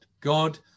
God